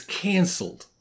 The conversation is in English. cancelled